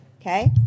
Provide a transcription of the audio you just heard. Okay